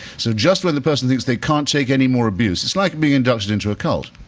so just when the person thinks they can't take anymore abuse it's like being inducted into a cult.